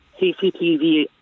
CCTV